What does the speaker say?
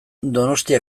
donostia